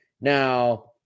now